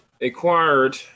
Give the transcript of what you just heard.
acquired